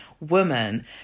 woman